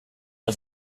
was